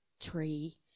tree